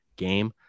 Game